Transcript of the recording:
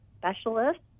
specialists